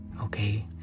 okay